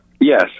Yes